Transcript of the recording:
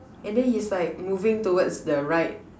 and then he's like moving towards the right